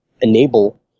enable